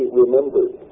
remembered